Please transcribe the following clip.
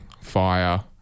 fire